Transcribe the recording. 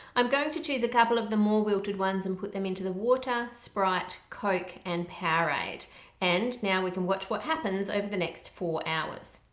i'm going to choose a couple of the more wilted ones and put them into the water sprite coke and powerade and now we can watch what happens over the next four hours.